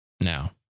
Now